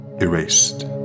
erased